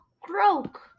croak